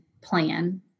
plan